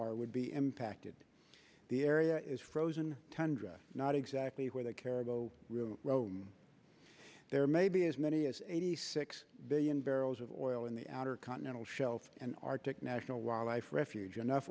r would be impacted the area is frozen tundra not exactly where the caribou roam there may be as many as eighty six billion barrels of oil in the outer continental shelf an arctic national wildlife refuge enough